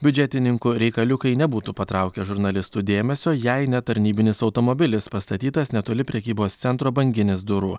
biudžetininkų reikaliukai nebūtų patraukę žurnalistų dėmesio jei ne tarnybinis automobilis pastatytas netoli prekybos centro banginis durų